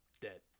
dead